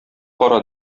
кара